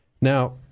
Now